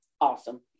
awesome